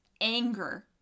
anger